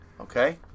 okay